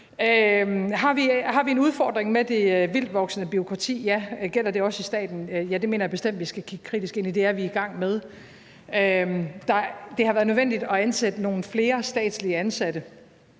Har vi en udfordring med det vildtvoksende bureaukrati? Ja. Gælder det også staten? Ja, det mener jeg bestemt vi skal kigge kritisk ind i. Det er vi i gang med. Det har været nødvendigt at ansætte nogle flere statslige ansatte,